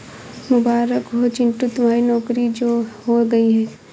मुबारक हो चिंटू तुम्हारी नौकरी जो हो गई है